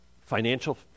financial